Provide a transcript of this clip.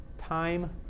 time